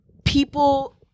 People